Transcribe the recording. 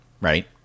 right